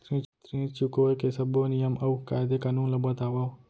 ऋण चुकाए के सब्बो नियम अऊ कायदे कानून ला बतावव